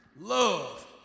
love